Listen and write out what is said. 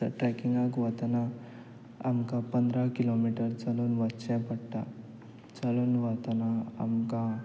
तर ट्रॅकिंगाक वतना आमकां पंदरा किलोमिटर चलून वच्चें पडटा चलून वतना आमकां